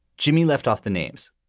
jimmy left off the names,